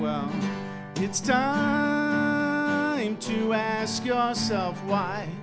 well it's done to ask yourself why